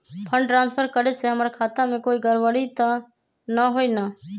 Fund transfer करे से हमर खाता में कोई गड़बड़ी त न होई न?